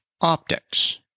optics